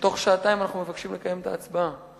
שאנחנו מבקשים לקיים את ההצבעה תוך שעתיים.